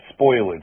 spoilage